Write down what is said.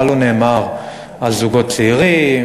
מה לא נאמר על זוגות צעירים,